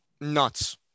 nuts